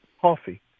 coffee